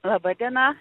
laba diena